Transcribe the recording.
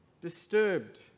disturbed